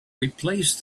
replace